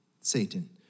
Satan